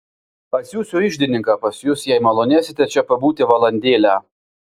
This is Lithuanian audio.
atsiųsiu iždininką pas jus jei malonėsite čia pabūti valandėlę